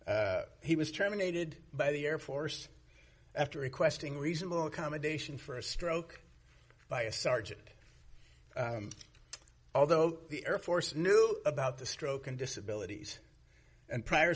capacities he was terminated by the air force after requesting reasonable accommodation for a stroke by a sergeant although the air force knew about the stroke and disability and prior